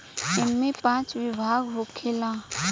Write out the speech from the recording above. ऐइमे पाँच विभाग होखेला